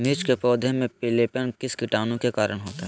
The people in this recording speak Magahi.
मिर्च के पौधे में पिलेपन किस कीटाणु के कारण होता है?